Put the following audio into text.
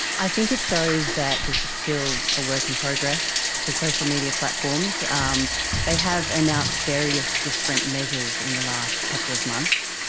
i think it shows that this is still a work in progress for social media platforms. um they have announced various different measures in the last couple of months,